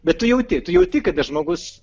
bet tu jauti tu jauti kada žmogus